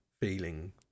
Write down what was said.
feeling